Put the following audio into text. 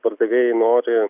pardavėjai nori